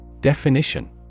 Definition